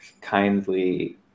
kindly